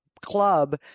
club